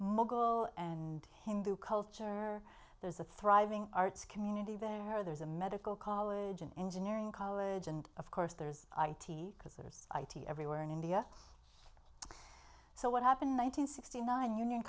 mogul and hindu culture there's a thriving arts community there there's a medical college an engineering college and of course there's because there's i t everywhere in india so what happened nine hundred sixty nine union